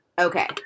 Okay